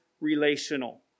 relational